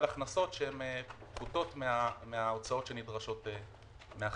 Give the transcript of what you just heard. הכנסות שהן פחותות מההוצאות שנדרשות מהחברה.